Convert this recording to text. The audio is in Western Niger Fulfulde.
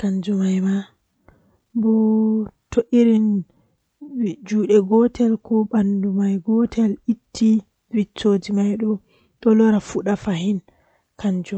kanjum do buri